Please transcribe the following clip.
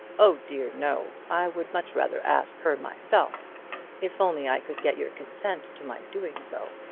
oh dear, no. i would much rather ask her myself if only i could get your consent to my doing so.